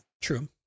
True